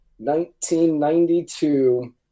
1992